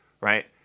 right